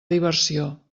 diversió